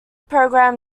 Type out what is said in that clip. program